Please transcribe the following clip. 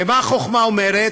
ומה החוכמה אומרת,